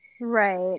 Right